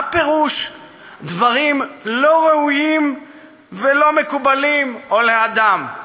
מה פירוש "דברים לא ראויים ולא מקובלים" או "להד"ם"?